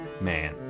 man